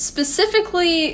Specifically